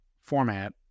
format